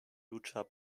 utah